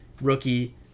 rookie